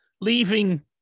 leaving